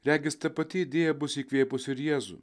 regis ta pati idėja bus įkvėpusi ir jėzų